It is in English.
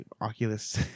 Oculus